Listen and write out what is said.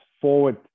forward